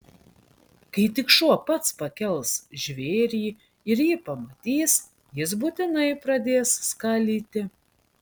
kai tik šuo pats pakels žvėrį ir jį pamatys jis būtinai pradės skalyti